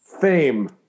Fame